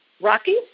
Rocky